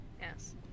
Yes